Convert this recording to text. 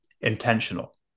intentional